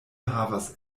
havas